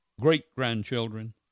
great-grandchildren